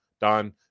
done